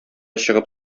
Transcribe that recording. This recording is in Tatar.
чыгып